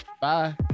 bye